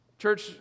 Church